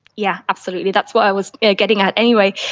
yeah absolutely, that's what i was getting at anyway.